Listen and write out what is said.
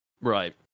Right